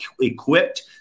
equipped